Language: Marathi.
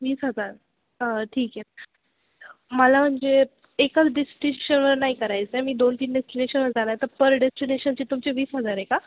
वीस हजार ठीक आहे मला म्हणजे एकाच डेस्टिनेशनवर नाही करायचं आहे मी दोन तीन डेस्टिनेशनवर जाणार तर पर डेस्टिनेशनची तुमचे वीस हजार आहे का